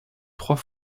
trois